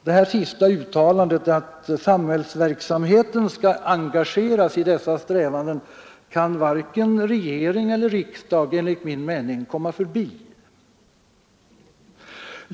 Det sistnämnda uttalandet, att samhällsverksamheten skall engageras i dessa strävanden, kan enligt min mening varken regering eller riksdag komma förbi.